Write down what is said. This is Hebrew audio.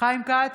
חיים כץ,